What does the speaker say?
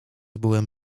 byłem